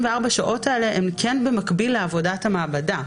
השעות האלה הן כן במקביל לעבודת המעבדה.